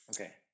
okay